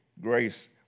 grace